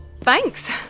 thanks